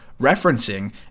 referencing